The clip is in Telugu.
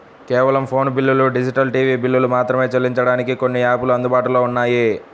కేవలం ఫోను బిల్లులు, డిజిటల్ టీవీ బిల్లులు మాత్రమే చెల్లించడానికి కొన్ని యాపులు అందుబాటులో ఉన్నాయి